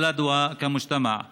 לעיר ולחברה שאתם חיים בה.